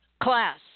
Class